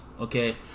Okay